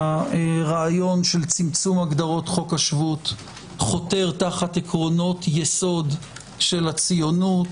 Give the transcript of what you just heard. הרעיון של צמצום הגדרות חוק השבות חותר תחת עקרונות יסוד של הציונות